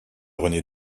rené